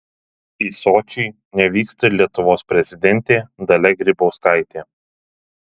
į sočį nevyksta ir lietuvos prezidentė dalia grybauskaitė